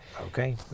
Okay